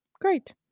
great